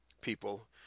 people